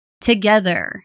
together